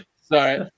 Sorry